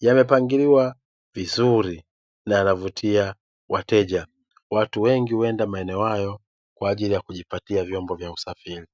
yamepangiliwa vizuri na yanavutia wateja; watu wengi huenda maeneo hayo kwa ajili ya kujipatia vyombo vya usafiri.